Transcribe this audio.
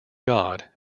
god